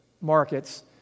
markets